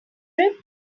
trip